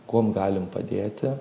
kuom galim padėti